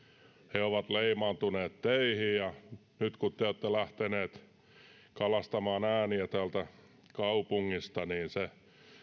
he ovat leimautuneet teihin ja nyt kun te olette lähteneet kalastamaan ääniä täältä kaupungista niin se